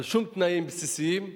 על שום תנאים בסיסיים,